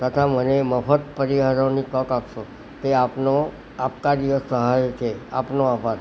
તથા મને મફત પરીયારોની તક આપશો તે આપનો આપકા જે સહાય છે આપનો આભાર